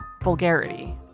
vulgarity